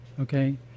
Okay